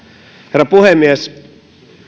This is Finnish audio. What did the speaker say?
herra puhemies